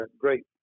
great